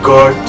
God